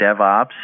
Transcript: DevOps